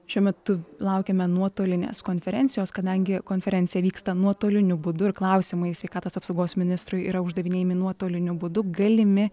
šiuo metu laukiame nuotolinės konferencijos kadangi konferencija vyksta nuotoliniu būdu ir klausimai sveikatos apsaugos ministrui yra uždavinėjami nuotoliniu būdu galimi